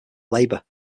labour